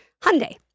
Hyundai